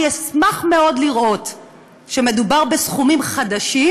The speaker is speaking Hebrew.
אני אשמח מאוד לראות שמדובר בסכומים חדשים.